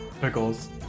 Pickles